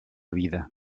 vida